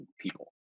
people